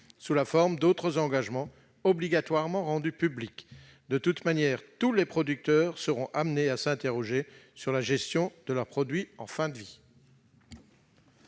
sous la forme d'autres engagements obligatoirement rendus publics. Tous les producteurs seront ainsi amenés à s'interroger sur la gestion de leurs produits en fin de vie.